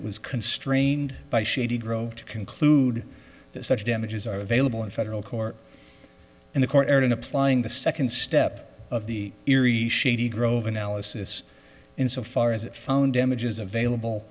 it was constrained by shady grove to conclude that such damages are available in federal court and the court erred in applying the second step of the theory shady grove analysis insofar as it found damages available